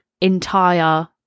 entire